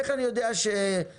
איך אני יודע שלא רימיתי?